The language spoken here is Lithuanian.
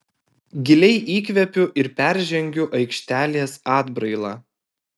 giliai įkvepiu ir peržengiu aikštelės atbrailą